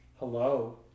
hello